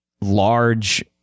large